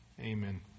Amen